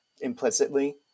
implicitly